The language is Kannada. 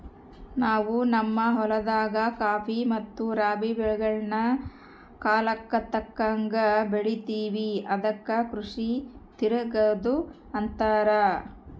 ನಾವು ನಮ್ಮ ಹೊಲದಾಗ ಖಾಫಿ ಮತ್ತೆ ರಾಬಿ ಬೆಳೆಗಳ್ನ ಕಾಲಕ್ಕತಕ್ಕಂಗ ಬೆಳಿತಿವಿ ಅದಕ್ಕ ಕೃಷಿ ತಿರಗದು ಅಂತಾರ